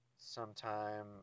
sometime